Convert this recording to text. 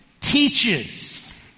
teaches